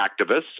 activists